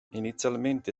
inizialmente